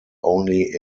only